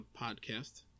podcast